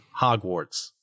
Hogwarts